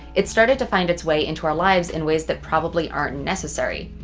it started to find its way into our lives in ways that probably aren't necessary.